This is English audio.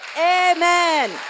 Amen